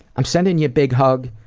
i'm sending you a big hug,